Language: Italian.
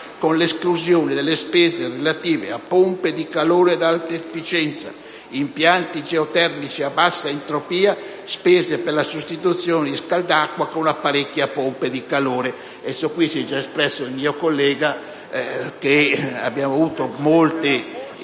con l'esclusione delle spese relative a pompe di calore ad alta efficienza e a impianti geotermici a bassa entropia e delle spese per la sostituzione di scalda acqua con apparecchi a pompa di calore.